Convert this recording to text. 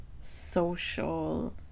social